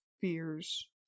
fears